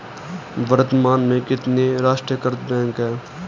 वर्तमान में कितने राष्ट्रीयकृत बैंक है?